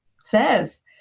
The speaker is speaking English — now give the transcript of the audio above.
says